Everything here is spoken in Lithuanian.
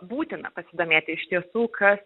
būtina pasidomėti iš tiesų kas